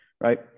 right